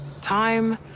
Time